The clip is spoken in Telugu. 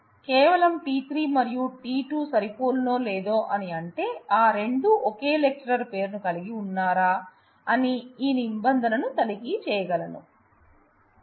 నేను కేవలం t3 మరియు t2 సరిపోలునో లేదో అని అంటే ఆ రెండూ ఓకే లెక్చరర్ పేరును కలిగి ఉన్నారా అని ఈ నిబంధన ను తనిఖీ చేయగలను